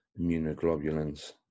immunoglobulins